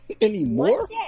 Anymore